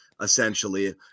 essentially